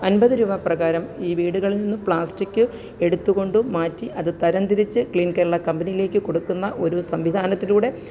അമ്പത് രൂപാ പ്രകാരം ഈ വീടുകളില് നിന്ന് പ്ലാസ്റ്റിക് എടുത്തുകൊണ്ട് മാറ്റി അത് തരം തിരിച്ച് ക്ലീന് കേരള കമ്പനിയിലേക്ക് കൊടുക്കുന്ന ഒരു സംവിധാനത്തിലൂടെ